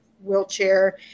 wheelchair